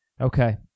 Okay